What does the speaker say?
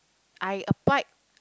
I applied